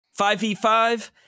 5v5